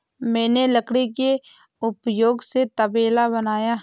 मैंने लकड़ी के उपयोग से तबेला बनाया